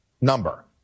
number